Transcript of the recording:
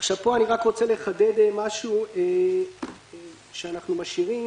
פה אני רק רוצה לחדד משהו שאנחנו משאירים